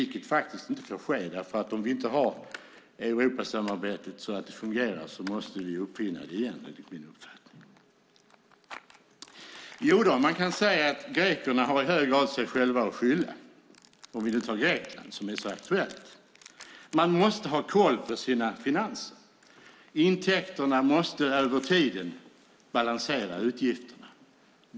Det får inte ske, för om vi inte har ett Europasamarbete som fungerar måste vi uppfinna det igen, enligt min uppfattning. Jodå - man kan säga att grekerna har i hög grad sig själva att skylla, om vi nu tar Grekland som är så aktuellt. Man måste ha koll på sina finanser. Intäkterna måste över tid balansera utgifterna.